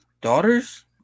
daughters